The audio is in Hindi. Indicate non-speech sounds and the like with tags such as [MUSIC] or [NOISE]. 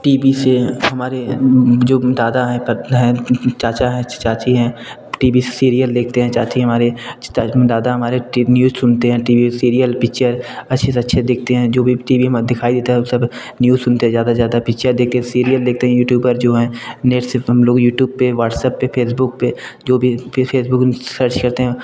टी वी से हमारे जो दादा हैं [UNINTELLIGIBLE] चाचा हैं चाची हैं टी बी सीरियल देखते हैं चाची हमारी [UNINTELLIGIBLE] दादा हमारे न्यूज़ सुनते हैं टी वी सीरियल पिक्चर अच्छे से अच्छे देखते हैं जो भी टी वी में दिखाई देता है वो सब न्यूज़ सुनते हैं ज़्यादा से ज़्यादा पिक्चर देखते हैं सीरियल देखते हैं यूट्यूब पर जो है नेट से हम लोग यूट्यूब पर व्हाट्सअप पर फेसबुक पर जो भी फेसबुक सर्च करते हैं